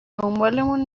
دنبالمون